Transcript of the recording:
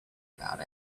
about